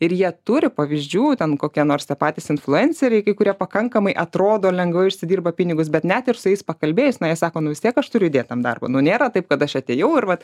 ir jie turi pavyzdžių ten kokie nors tie patys influenceriai kai kurie pakankamai atrodo lengvai užsidirba pinigus bet net ir su jais pakalbėjus na jie sako nu vis tiek aš turiu įdėt tam darbo nu nėra taip kad aš atėjau ir vat